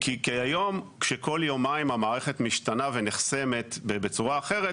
היום כשכל יומיים המערכת משתנה ונחסמת בצורה אחרת,